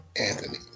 Anthony